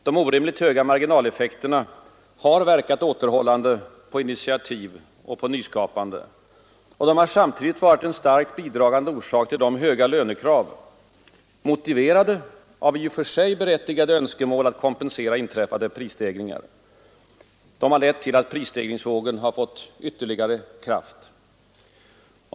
De orimligt höga marginaleffekterna har verkat återhållande på initiativ och nyskapande. De har samtidigt varit en starkt bidragande orsak till höga lönekrav — motiverade av i och för sig berättigade önskemål att kompensera inträffade prisstegringar. De har lett till att prisstegringsvågen har fått ytterligare kraft.